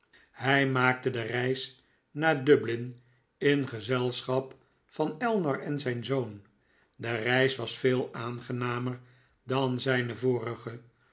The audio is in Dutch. hij maakte de reis naar dublin in gezelschap van ellar en zijn zoon de reis was veel aangenamer dan zijne vorige